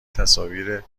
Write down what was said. تصاویر